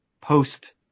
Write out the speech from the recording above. post